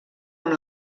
amb